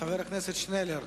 חבר הכנסת עתניאל שנלר.